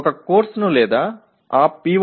அல்லது அந்த பி